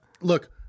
Look